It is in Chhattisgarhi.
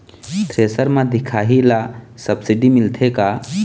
थ्रेसर म दिखाही ला सब्सिडी मिलथे का?